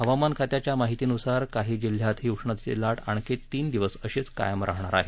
हवामान खात्याच्या माहितीनुसार काही जिल्ह्यात ही उष्णतेची लाट आणखी तीन दिवस अशीच कायम राहणार आहे